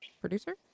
producer